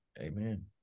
Amen